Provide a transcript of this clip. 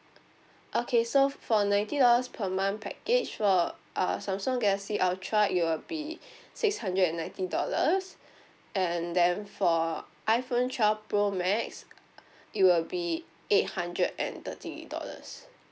okay so for ninety dollars per month package for uh samsung galaxy ultra it will be six hundred and ninety dollars and then for iphone twelve pro max it will be eight hundred and thirty dollars